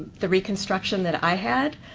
the reconstruction that i had